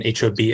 HOB